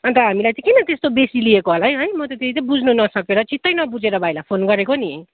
अन्त हामीलाई चाहिँ किन त्यस्तो बेसी लिएको होला है म त त्यही चाहिँ बुझ्नु नसकेर चित्तै नबुझेर भाइलाई फोन गरेको नि